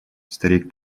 старик